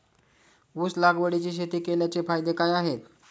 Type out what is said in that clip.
ऊस लागवडीची शेती केल्याचे फायदे काय आहेत?